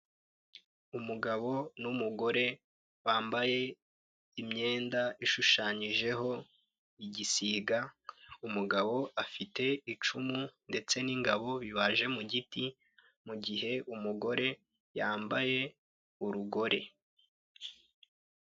Umugabo n'umugore bambaye imyenda ishushanyijeho igisiga. Umugabo afite icumu ndetse n'ingabo bibaje mu giti, mu gihe umugore yambaye urugore.